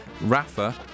rafa